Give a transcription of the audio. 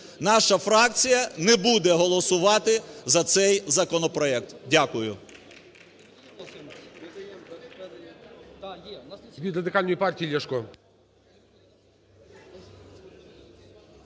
Наша фракція не буде голосувати за цей законопроект. Дякую.